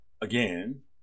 Again